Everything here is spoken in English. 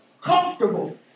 comfortable